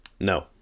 No